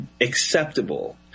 acceptable